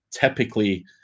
typically